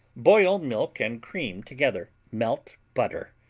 boil milk and cream together. melt butter,